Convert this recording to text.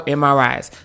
mris